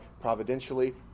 providentially